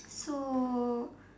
so